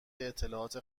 اطلاعات